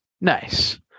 Nice